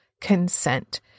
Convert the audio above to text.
consent